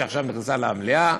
שעכשיו נכנסה למליאה.